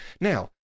Now